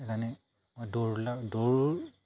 সেইকাৰণে মই দৌৰিলে দৌৰ